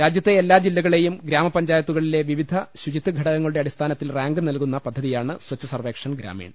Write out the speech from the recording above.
രാജ്യ ത്തെ എല്ലാ ജില്ലകളെയും ഗ്രാമപഞ്ചായത്തുകളിലെ വിവിധ ശു ചിത്വ ഘടകങ്ങളുടെ അടിസ്ഥാനത്തിൽ റാങ്ക് നൽകുന്ന പദ്ധതി യാണ് സച്ഛ് സർപ്പേക്ഷൻ ഗ്രാമീൺ